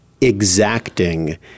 exacting